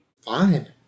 Fine